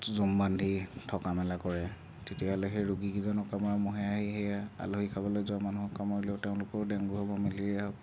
জুম বান্ধি থকা মেলা কৰে তেতিয়াহ'লে সেই ৰোগীকেইজনক কামোৰা মহে আহি সেইয়া আলহী খাবলৈ যোৱা মানুহক কামুৰিলে তেওঁলোকৰো ডেংগু হ'ব মেলেৰীয়া হ'ব